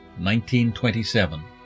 1927